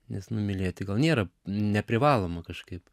nes nu mylėti gal nėra neprivaloma kažkaip